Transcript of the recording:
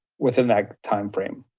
within that timeframe.